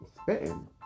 spitting